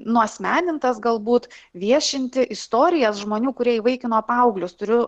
nuasmenintas galbūt viešinti istorijas žmonių kurie įvaikino paauglius turiu